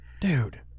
Dude